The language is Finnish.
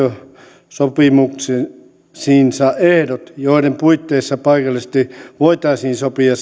työehtosopimuksiinsa ehdot joiden puitteissa paikallisesti voitaisiin sopia